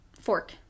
Fork